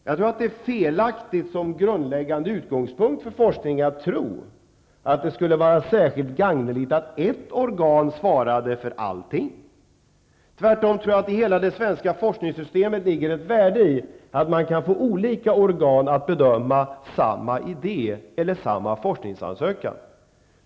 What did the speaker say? Jag tror att det är felaktigt som grundläggande utgångspunkt för forskningen att tro att det skulle vara särskilt gagneligt att ett organ svarade för allting. Tvärtom tror jag att det för hela det svenska forskningssystemet ligger ett värde i att olika organ bedömer samma idé eller samma forskningsansökan.